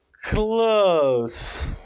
Close